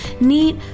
neat